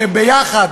שיחד,